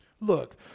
Look